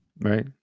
Right